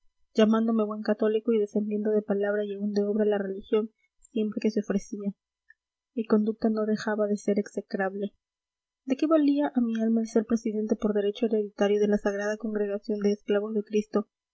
llamándome buen católico y defendiendo de palabra y aun de obra la religión siempre que se ofrecía mi conducta no dejaba de ser execrable de qué valía a mi alma el ser presidente por derecho hereditario de la sagrada congregación de esclavos de cristo